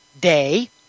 day